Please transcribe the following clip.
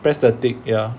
press the tick ya